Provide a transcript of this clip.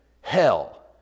hell